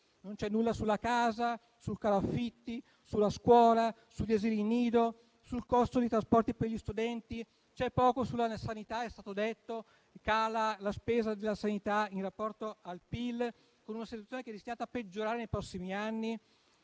Non c'è nulla sulla casa, sul caro affitti, sulla scuola, sugli asili nido, sul costo dei trasporti per gli studenti. C'è poco sulla sanità: come è stato detto, cala la spesa della sanità in rapporto al PIL, con una situazione che rischia di peggiorare nei prossimi anni.